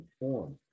informed